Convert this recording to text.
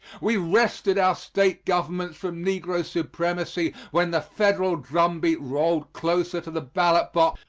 we wrested our state governments from negro supremacy when the federal drumbeat rolled closer to the ballot-box,